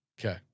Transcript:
Okay